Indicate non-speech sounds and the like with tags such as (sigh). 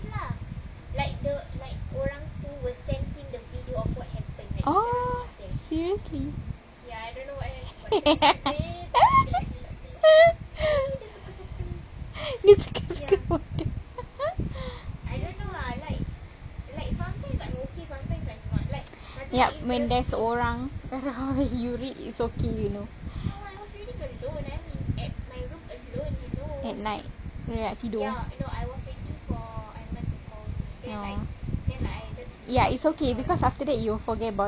oh seriously (laughs) you could (laughs) yup when there's orang you read it's okay you know ya it's okay because after that you will forget about it